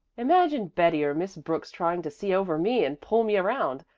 imagine betty or miss brooks trying to see over me and pull me around!